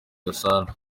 gasana